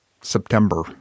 September